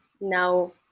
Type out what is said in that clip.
now